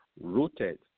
Rooted